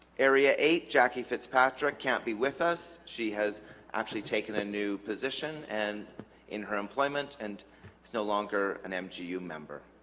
area eight jackie fitzpatrick can't be with us she has actually taken a new position and in her employment and it's no longer an mgu member